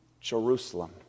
Jerusalem